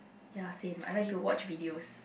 ya same I like to watch videos